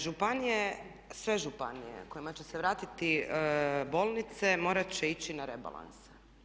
Županije, sve županije kojima će se vratiti bolnice morati će ići na rebalans.